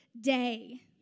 day